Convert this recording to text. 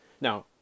Now